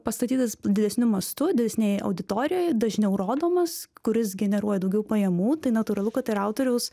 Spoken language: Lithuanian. pastatytas didesniu mastu didesnėj auditorijoj dažniau rodomas kuris generuoja daugiau pajamų tai natūralu kad ir autoriaus